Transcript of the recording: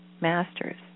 masters